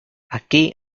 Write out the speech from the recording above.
aquí